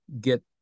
get